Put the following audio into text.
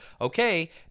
okay